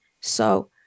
So-